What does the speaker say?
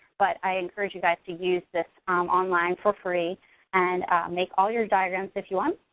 but i encourage you guys to use this online for free and make all your diagrams if you want,